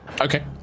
Okay